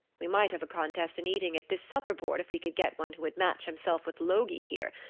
we might have a contest in eating at this supper board if we could get one who would match himself with logi here.